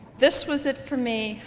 this was it for me,